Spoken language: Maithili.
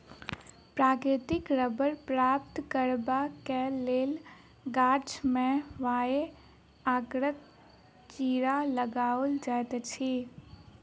प्राकृतिक रबड़ प्राप्त करबाक लेल गाछ मे वाए आकारक चिड़ा लगाओल जाइत अछि